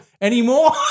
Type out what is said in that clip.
anymore